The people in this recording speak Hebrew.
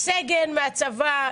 סגן מהצבא,